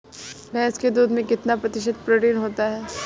भैंस के दूध में कितना प्रतिशत प्रोटीन होता है?